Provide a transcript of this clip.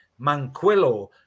Manquillo